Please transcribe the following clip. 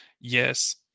yes